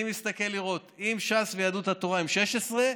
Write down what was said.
אני מסתכל לראות: אם ש"ס ויהדות התורה הם 16,